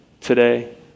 today